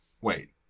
wait